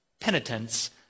penitence